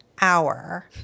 hour